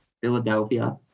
Philadelphia